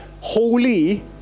holy